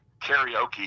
karaoke